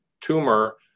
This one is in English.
tumor